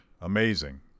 amazing